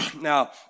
Now